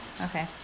Okay